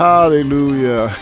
Hallelujah